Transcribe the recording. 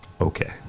okay